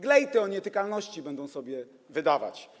Glejty o nietykalności będą sobie wydawać.